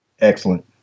excellent